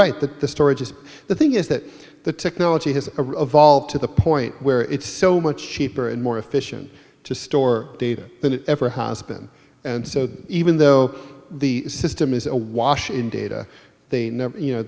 right that the storage is the thing is that the technology has evolved to the point where it's so much cheaper and more efficient to store data than it ever has been and so even though the system is awash in data they never you know